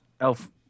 Elf